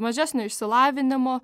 mažesnio išsilavinimo